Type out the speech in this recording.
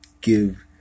give